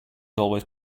always